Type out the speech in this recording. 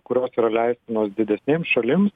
kurios yra leistinos didesnėms šalims